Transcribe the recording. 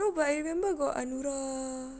no but I remember got anura